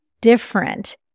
different